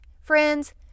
Friends